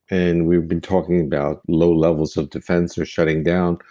and we've been talking about low levels of defense or shutting down,